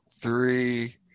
Three